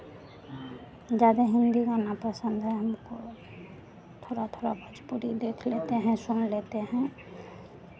ज़्यादा हिन्दी गाना पसंद है हमको थोड़ा थोड़ा भोजपुरी देख लेते हैं सुन लेते हैं